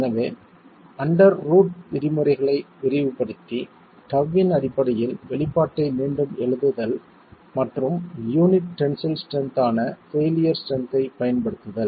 எனவே under root விதிமுறைகளை விரிவுபடுத்தி τ இன் அடிப்படையில் வெளிப்பாட்டை மீண்டும் எழுதுதல் மற்றும் யூனிட் டென்சில் ஸ்ட்ரென்த் ஆன பெயிலியர் ஸ்ட்ரென்த் ஐப் பயன்படுத்துதல்